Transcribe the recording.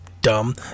dumb